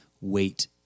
wait